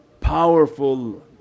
powerful